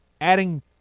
adding